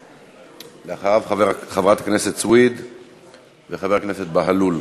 אחריו, חברת הכנסת סויד וחבר הכנסת בהלול.